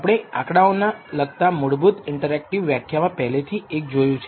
આપણે આંકડાઓને લગતા મૂળભૂત ઇન્ટરેક્ટિવ વ્યાખ્યામા પહેલાથી એક જોયું છે